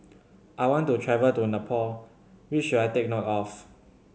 I want to travel to Nepal what should I take note of